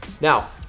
Now